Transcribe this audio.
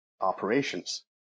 operations